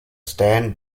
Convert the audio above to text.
stand